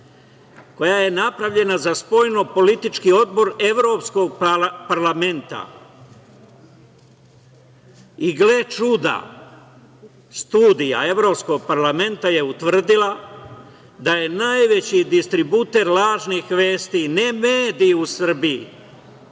koja je napravljena za Spoljnopolitički odbor Evropskog parlamenta. Gle čuda, studija Evropskog parlamenta je utvrdila da je najveći distributer lažnih vesti ne mediji u Srbiji,